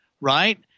right